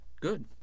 good